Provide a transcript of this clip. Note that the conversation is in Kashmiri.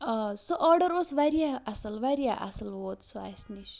آ سُہ آرڈَر اوس واریاہ اَصٕل واریاہ اَصٕل ووت سُہ اَسہِ نِش